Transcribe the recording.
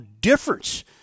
difference